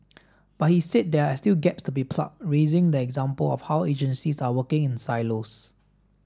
but he said there are still gaps to be plugged raising the example of how agencies are working in silos